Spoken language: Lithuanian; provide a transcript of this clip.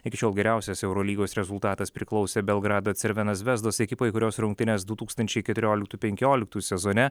iki šiol geriausias eurolygos rezultatas priklausė belgrado crvena zvezdos ekipai kurios rungtynes du tūkstančiai keturioliktų penkioliktų sezone